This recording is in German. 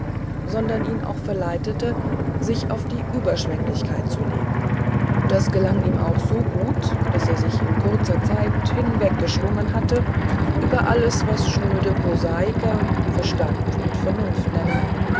sondern ihn auch verleitete sich auf die überschwenglichkeit zu legen das gelang ihm auch so gut daß er sich in kurzer zeit hinweggeschwungen hatte über alles was schnöde prosaiker verstand und vernunft nennen